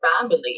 family